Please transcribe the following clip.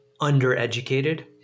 undereducated